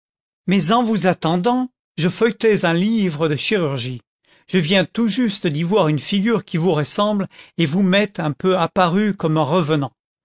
mais en vous attendant je feuilletais un livre de chirurgie je viens tout justement d'y voir une figure qui vous ressemble et vous m'êtes un peu apparu comme un revenant